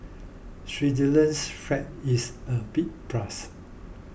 Switzerland's flag is a big plus